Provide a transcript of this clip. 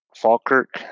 Falkirk